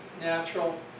natural